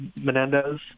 Menendez